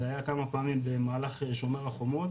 זה היה כמה פעמים במהלך שומר החומות